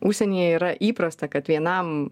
užsienyje yra įprasta kad vienam